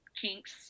kinks